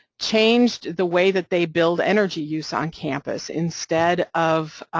changed the way that they build energy use on campus, instead of